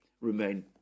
remain